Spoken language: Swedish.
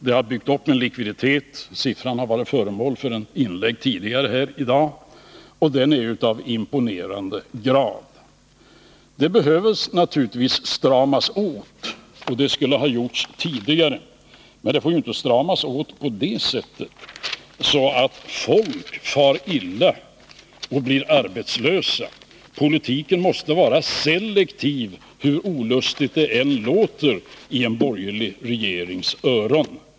De har byggt upp en likviditet; siffran — som har varit föremål för ett inlägg tidigare här i dag — är imponerande. Det behövde naturligtvis stramas åt, och detta skulle ha gjorts tidigare, men det får inte stramas åt på det sättet att folk far illa och blir arbetslösa. Politiken måste vara selektiv, hur olustigt det än låter i en borgerlig regerings öron.